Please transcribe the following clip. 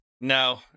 No